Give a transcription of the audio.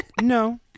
No